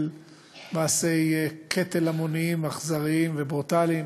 מעשי קטל המוניים אכזריים וברוטליים,